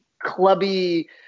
clubby